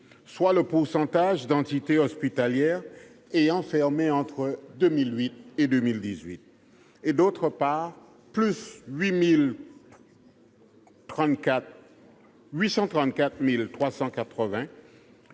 soit le pourcentage d'entités hospitalières ayant fermé entre 2008 et 2018 ; d'autre part, celui de 834 380,